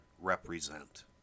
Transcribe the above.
represent